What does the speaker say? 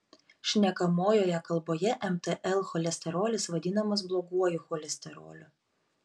šnekamojoje kalboje mtl cholesterolis vadinamas bloguoju cholesteroliu